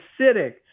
acidic